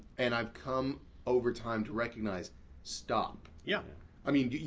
and i've come over time to recognize stop. yeah i mean,